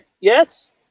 yes